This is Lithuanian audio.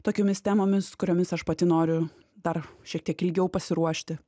tokiomis temomis kuriomis aš pati noriu dar šiek tiek ilgiau pasiruošti